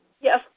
Yes